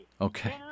Okay